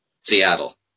Seattle